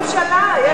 אתה ראש הממשלה.